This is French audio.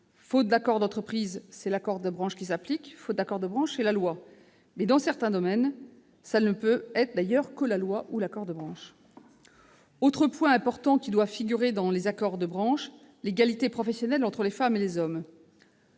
faute d'accord d'entreprise, c'est l'accord de branche qui s'applique ; faute d'accord de branche, c'est la loi, et, dans certains domaines, cela ne peut être d'ailleurs que la loi ou l'accord de branche. Autre point très important qui doit figurer dans tous les accords de branche : l'égalité professionnelle entre les femmes et les hommes.